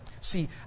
see